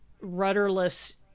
rudderless